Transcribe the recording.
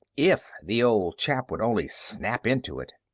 if the old chap would only snap into it!